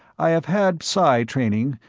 i have had psi training,